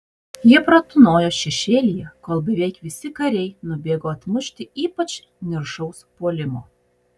jie pratūnojo šešėlyje kol beveik visi kariai nubėgo atmušti ypač niršaus puolimo